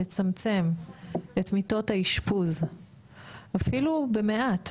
לצמצם את מיטות האשפוז אפילו במעט,